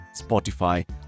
Spotify